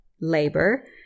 labor